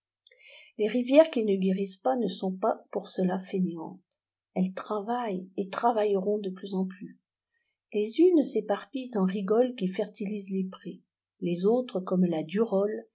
les rivières qui ne guérissent pas ne sont pas pour cela fainéantes elles travaillent et travailleront de plus en plus les unes s'éparpillent en rigoles qui fertilisent les prés les autres comme la durolle